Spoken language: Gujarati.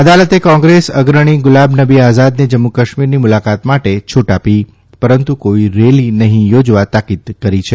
અદાલતે કોંગ્રેસ અગ્રણી ગુલામનબી આઝાદને જમ્મુકાશ્મીરની મુલાકાત માટે છૂટ આપી પરંતુ કોઇ રેલી નહં યોજવા તાકીદ કરી છે